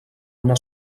una